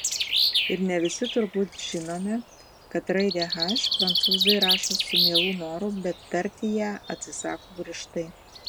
ir ne visi turbūt žinome kad raidę h prancūzai rašo su mielu noru bet tarti ją atsisako griežtai